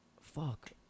Fuck